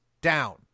down